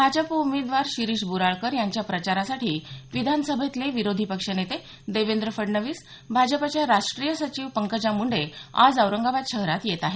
भाजप उमेदवार शिरीष बोराळकर यांच्या प्रचारासाठी विधान सभेतील विरोधी पक्ष नेते देवेंद्र फडणवीस भाजपच्या राष्ट्रीय सचिव पंकजा मुंडे आज औरंगाबाद शहरात येत आहेत